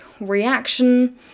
reaction